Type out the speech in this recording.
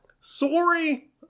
sorry